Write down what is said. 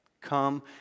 Come